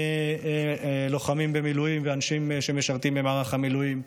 לוחמים במילואים ואנשים שמשרתים במערך המילואים.